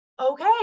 okay